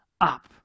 up